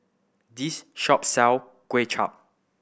this shop sell Kuay Chap